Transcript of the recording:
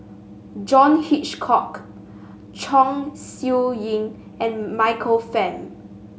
John Hitchcock Chong Siew Ying and Michael Fam